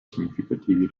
significativi